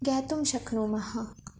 ज्ञातुं शक्नुमः